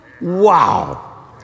wow